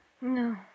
No